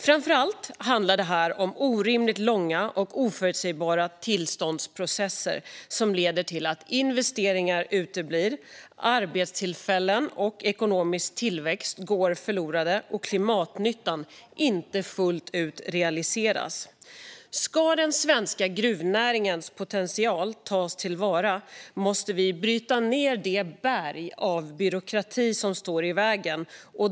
Framför allt handlar detta om orimligt långa och oförutsägbara tillståndsprocesser som leder till att investeringar uteblir, arbetstillfällen och ekonomisk tillväxt går förlorade och klimatnyttan inte fullt ut realiseras. Ska den svenska gruvnäringens potential tas till vara måste vi bryta ned det berg av byråkrati som står i vägen.